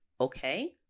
okay